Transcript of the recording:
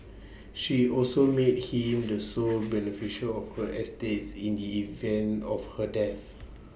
she also made him the sole beneficiary of her estate in the event of her death